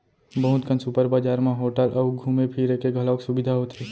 बहुत कन सुपर बजार म होटल अउ घूमे फिरे के घलौक सुबिधा होथे